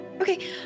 Okay